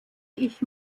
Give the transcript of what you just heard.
ich